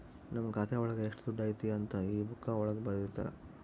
ನಮ್ ಖಾತೆ ಒಳಗ ಎಷ್ಟ್ ದುಡ್ಡು ಐತಿ ಅಂತ ಈ ಬುಕ್ಕಾ ಒಳಗ ಬರ್ದಿರ್ತರ